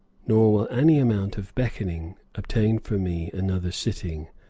nor will any amount of beckoning obtain for me another sitting,